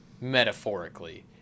metaphorically